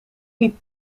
liep